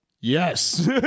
Yes